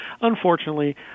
Unfortunately